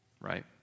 right